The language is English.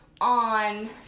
On